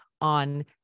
on